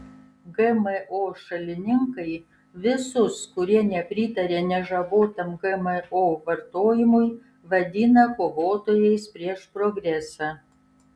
gmo šalininkai visus kurie nepritaria nežabotam gmo vartojimui vadina kovotojais prieš progresą